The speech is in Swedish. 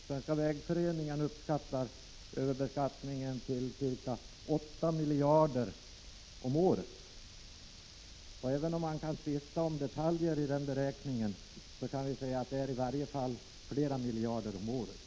Svenska vägföreningen beräknar t.ex. överbeskattningen till ca 8 miljarder kronor om året. Även om man kan tvista om detaljer i denna beräkning, kan man säga att det i varje fall handlar om flera miljarder om året.